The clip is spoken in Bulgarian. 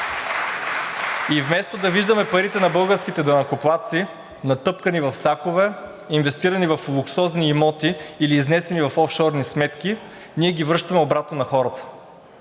И вместо да виждаме парите на българските данъкоплатци, натъпкани в сакове, инвестирани в луксозни имоти или изнесени в офшорни сметки, ние ги връщаме обратно на хората.